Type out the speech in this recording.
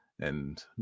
and